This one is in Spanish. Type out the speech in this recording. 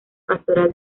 pastoral